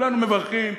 כולנו מברכים.